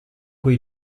cui